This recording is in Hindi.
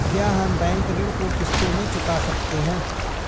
क्या हम बैंक ऋण को किश्तों में चुका सकते हैं?